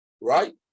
right